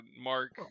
Mark